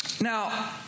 Now